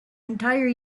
entire